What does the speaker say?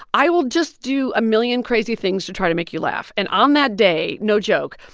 i will just do a million crazy things to try to make you laugh. and on that day, no joke,